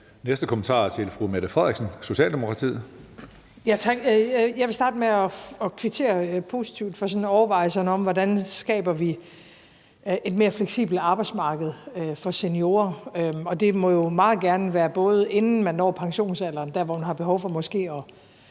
Næste kommentar er til fru Mette Frederiksen, Socialdemokratiet. Kl. 16:26 Mette Frederiksen (S): Tak. Jeg vil starte med at kvittere positivt for overvejelserne om, hvordan vi skaber et mere fleksibelt arbejdsmarked for seniorer. Det må jo meget gerne være, både inden man når pensionsalderen, altså der, hvor man har behov for måske at